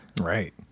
Right